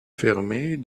fermée